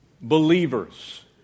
believers